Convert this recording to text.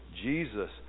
Jesus